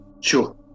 Sure